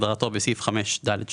כהגדרתו בסעיף 5(ד)(3).